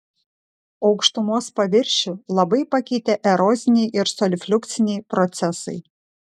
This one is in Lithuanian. aukštumos paviršių labai pakeitė eroziniai ir solifliukciniai procesai